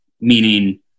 meaning